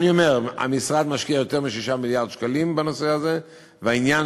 ולמנוע שליחה מיותרת של כל מיני צווים וכל מיני מכתבים שמשרדים ממשלתיים